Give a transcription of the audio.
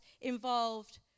involved